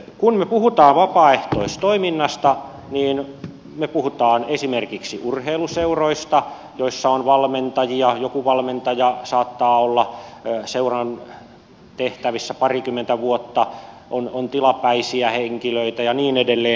kun me puhumme vapaaehtoistoiminnasta niin me puhumme esimerkiksi urheiluseuroista joissa on valmentajia joku valmentaja saattaa olla seuran tehtävissä parikymmentä vuotta on tilapäisiä henkilöitä ja niin edelleen